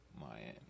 Miami